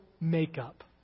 makeup